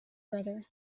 brother